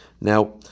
Now